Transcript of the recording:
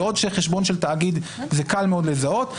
בעוד שחשבון של תאגיד זה קל מאוד לזהות,